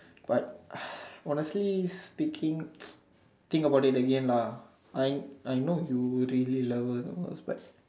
but honestly speaking think about it again lah I I know you really love her the most but